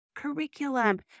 curriculum